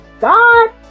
God